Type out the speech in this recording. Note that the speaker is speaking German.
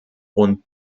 und